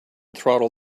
throttle